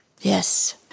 Yes